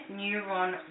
neuron